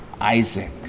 Isaac